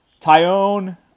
Tyone